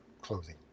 clothing